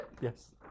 Yes